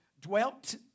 dwelt